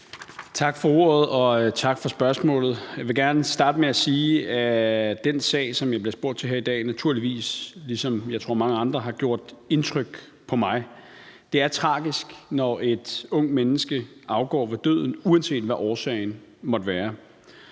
Tak for ordet, og tak for spørgsmålet. Jeg vil gerne starte med at sige, at den sag, som jeg bliver spurgt til her i dag, naturligvis har gjort indtryk på mig, ligesom, tror jeg, den har på mange andre. Det er tragisk, når et ungt menneske afgår ved døden, uanset hvad årsagen måtte være.